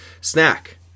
snack